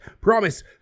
Promise